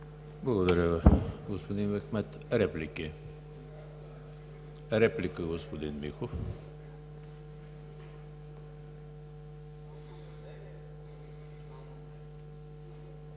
Благодаря, господин Мехмед. Реплика – господин Михов.